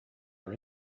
our